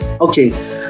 Okay